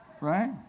right